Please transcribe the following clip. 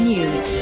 News